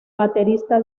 baterista